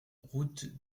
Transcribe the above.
route